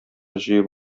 җыеп